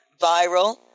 viral